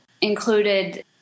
included